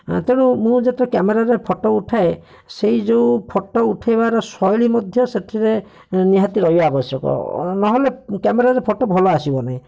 ତେଣୁ ମୁଁ ଯେତେ କ୍ୟାମେରାରେ ଫୋଟୋ ଉଠାଏ ସେହି ଯେଉଁ ଫୋଟୋ ଉଠେଇବାର ଶୈଳୀ ମଧ୍ୟ୍ୟ ସେଥିରେ ନିହାତି ରହିବା ଆବଶ୍ୟକ ନହେଲେ କ୍ୟାମେରାରେ ଫୋଟୋ ଭଲ ଆସିବନି